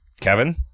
Kevin